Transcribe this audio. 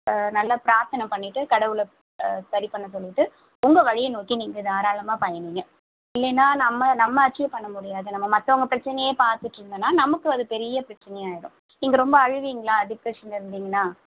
நல்லா பிரார்த்தன பண்ணிவிட்டு கடவுளை சரி பண்ண சொல்லிவிட்டு உங்கள் வழியை நோக்கி நீங்கள் தாராளமாக பயணியுங்க இல்லைன்னா நம்ம நம்ம அச்சீவ் பண்ண முடியாது நம்ம மற்றவங்க பிரச்சனையையே பார்த்துட்ருந்தோன்னா நமக்கு அது பெரிய பிரச்சனையாக ஆகிடும் நீங்கள் ரொம்ப அழுவீங்களா டிப்ரெஷனில் இருந்தீங்கன்னா